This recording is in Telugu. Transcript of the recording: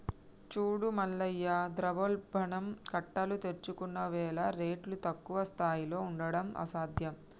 చూడు మల్లయ్య ద్రవ్యోల్బణం కట్టలు తెంచుకున్నవేల రేట్లు తక్కువ స్థాయిలో ఉండడం అసాధ్యం